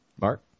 Mark